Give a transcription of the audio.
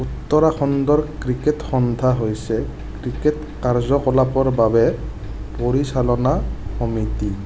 উত্তৰাখণ্ডৰ ক্ৰিকেট সন্থা হৈছে ক্ৰিকেট কাৰ্যকলাপৰ বাবে পৰিচালনা সমিতি